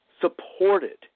supported